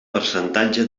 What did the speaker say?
percentatge